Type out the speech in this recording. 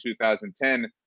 2010